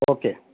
okay